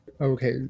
Okay